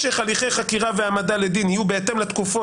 משך הליכי חקירה והעמדה לדין יהיו בהתאם לתקופות